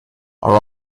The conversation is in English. are